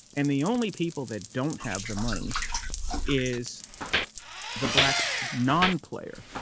and the only people that don't have the money is the black non-player.